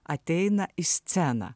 ateina į sceną